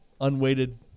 unweighted